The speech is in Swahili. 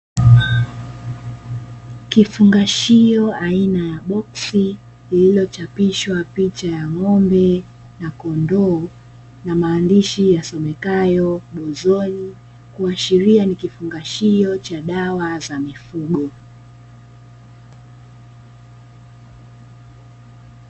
Kifungashio aina ya boksi, lililochapishwa picha ya ng'ombe na kondoo na maandishi yasomekayo kuashiria ni kifungashio cha dawa za mifugo.